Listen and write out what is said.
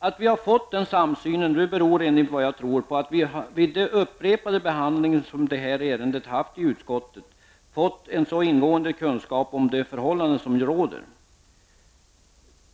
Att vi fått denna samsyn beror, tror jag, på att vi vid de upprepade behandlingarna av ärendet i utskottet fått en så ingående kunskap om de förhållanden som råder.